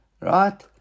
right